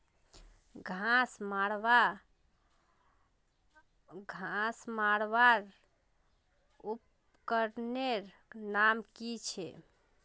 घांस कमवार उपकरनेर नाम की?